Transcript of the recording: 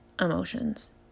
emotions